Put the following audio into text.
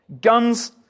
Guns